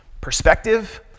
Perspective